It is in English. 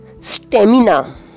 stamina